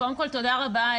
תודה רבה,